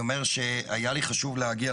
אני אומר שהיה לי חשוב להגיע,